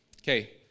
Okay